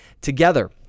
together